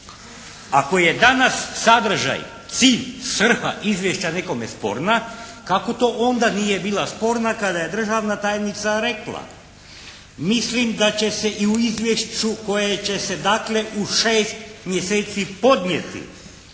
Ako je danas sadržaj, cilj, svrha izvješća nekome sporna kako to onda nije bila sporna kada je državna tajnica rekla: «Mislim da će se i u izvješću koje će se dakle u 6 mjeseci podnijeti